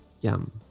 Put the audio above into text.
Yum